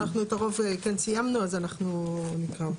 אנחנו את הרוב כן סיימנו אז אנחנו נקרא אותם.